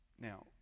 Now